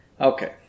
Okay